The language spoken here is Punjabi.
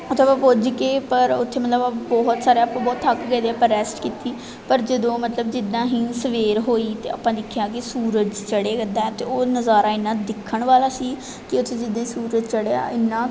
ਉੱਥੇ ਆਪਾਂ ਪੁੱਜ ਕੇ ਪਰ ਉੱਥੇ ਮਤਲਬ ਆਪਾਂ ਬਹੁਤ ਸਾਰਾ ਆਪਾਂ ਬਹੁਤ ਥੱਕ ਗਏ ਅਤੇ ਆਪਾਂ ਰੈਸਟ ਕੀਤੀ ਪਰ ਜਦੋਂ ਮਤਲਬ ਜਿੱਦਾਂ ਹੀ ਸਵੇਰ ਹੋਈ ਅਤੇ ਆਪਾਂ ਦੇਖਿਆ ਕਿ ਸੂਰਜ ਚੜ੍ਹਿਆ ਕਰਦਾ ਹੈ ਅਤੇ ਉਹ ਨਜ਼ਾਰਾ ਇੰਨਾ ਦੇਖਣ ਵਾਲਾ ਸੀ ਕਿ ਉੱਥੇ ਜਿੱਦਾਂ ਹੀ ਸੂਰਜ ਚੜ੍ਹਿਆ ਇੰਨਾ